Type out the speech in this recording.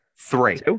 Three